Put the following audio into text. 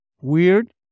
weird